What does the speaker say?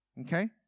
Okay